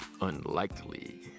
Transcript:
unlikely